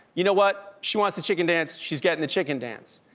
you know what, she wants the chicken dance, she's getting the chicken dance.